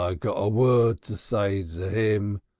ah got a word to say to im.